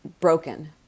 broken